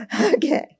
Okay